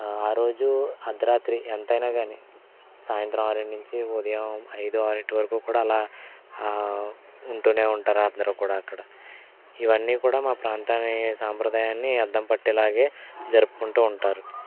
ఆ రోజు అద్దరాత్రి ఎంతైనా కాని సాయంత్రం ఆరింటి నుంచి ఉదయం ఐదు ఆరింటి వరకు కూడా అలా ఉంటూనే ఉంటారు అందరూ కూడా అక్కడ ఇవన్నీ కూడా మా ప్రాంతాన్ని సాంప్రదాయాన్ని అద్దం పట్టేలాగే జరుపుకుంటూ ఉంటారు